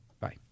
Bye